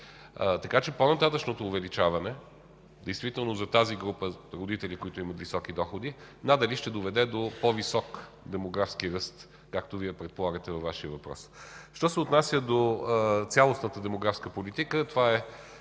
Така че по-нататъшното увеличаване действително за тази група родители, които имат високи доходи, надали ще доведе до по-висок демографски ръст, както Вие предполагате във Вашия въпрос. Що се отнася до цялостната демографска политика